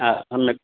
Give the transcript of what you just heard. अ सम्यक्